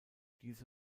diese